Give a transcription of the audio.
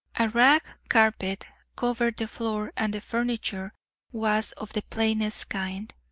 a rag carpet covered the floor and the furniture was of the plainest kind,